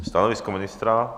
Stanovisko ministra?